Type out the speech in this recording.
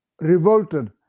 revolted